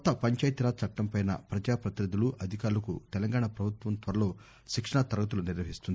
కొత్త పంచాయతీరాజ్ చట్లంపై పజాపతినిధులు అధికారులకు తెలంగాణ పభుత్వం త్వరలో శిక్షణా తరగతులు నిర్వహిస్తుంది